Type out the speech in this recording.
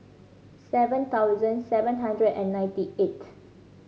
seven thousand seven hundred and ninety eighth